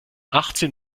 achtzehn